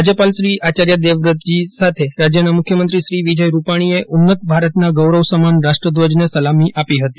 રાજ્યપાલશ્રી આચાર્ય દેવવ્રતજી સાથે રાજયના મુખ્યમંત્રીશ્રી વિજયભાઇ રૂપાણીએ ઉન્નત ભારતના ગૌરવ સમાન રાષ્ટ્રધ્વજને સલામી આપી હતી